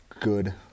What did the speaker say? good